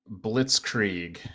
blitzkrieg